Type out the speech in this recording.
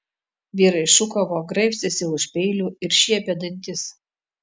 vyrai šūkavo graibstėsi už peilių ir šiepė dantis